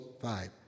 five